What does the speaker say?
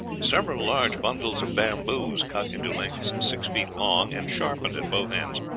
several large bundles of bamboos, cut into lengths six feet long, and sharpened at both ends,